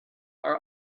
are